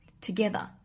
together